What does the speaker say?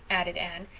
added anne.